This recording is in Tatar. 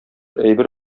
әйбер